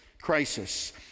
Crisis